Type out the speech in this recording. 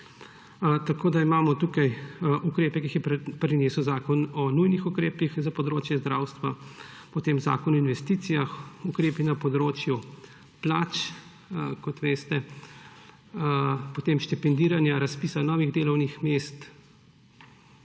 Tukaj imamo ukrepe, ki jih je prinesel Zakon o nujnih ukrepih na področju zdravstva, potem zakon o investicijah, ukrepe na področju plač, kot veste, potem štipendiranja, razpisa novih delovnih mest